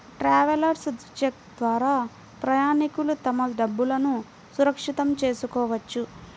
travellers cheque ద్వారా ప్రయాణికులు తమ డబ్బులును సురక్షితం చేసుకోవచ్చు